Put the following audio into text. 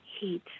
heat